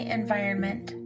environment